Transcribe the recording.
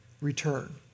return